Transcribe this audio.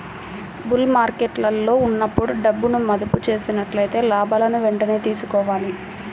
bull మార్కెట్టులో ఉన్నప్పుడు డబ్బును మదుపు చేసినట్లయితే లాభాలను వెంటనే తీసుకోవాలి